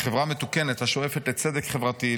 כחברה מתוקנת השואפת לצדק חברתי,